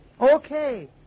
Okay